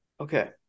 Okay